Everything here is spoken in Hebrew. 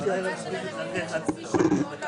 לשני קראו מענק ביטחון.